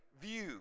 view